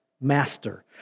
master